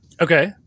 Okay